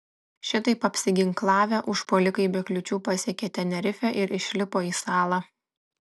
šitaip apsiginklavę užpuolikai be kliūčių pasiekė tenerifę ir išlipo į salą